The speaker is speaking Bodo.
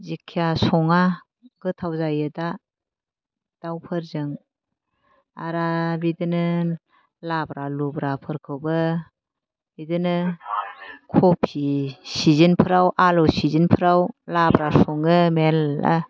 जिखिया सङा गोथाव जायो दा दावफोरजों आरो बिदिनो लाब्रा लुब्रा फोरखौबो बिदिनो खबि सिजेनफ्राव आलु सिजेनफ्राव लाब्रा सङो मेरला